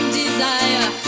desire